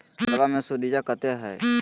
खतबा मे सुदीया कते हय?